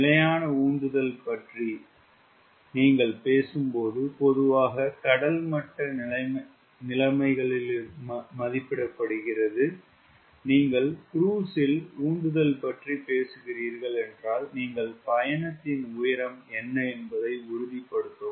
நிலையான உந்துதல் பற்றி நீங்கள் பேசும்போது பொதுவாக கடல் மட்ட நிலைமைகளில் மதிப்பிடப்படுகிறது நீங்கள் க்ரூஸ் ல் உந்துதல் பற்றி பேசுகிறீர்கள் என்றால் நீங்கள் பயணத்தின் உயரம் என்ன என்பதை உறுதிப்படுத்தவும்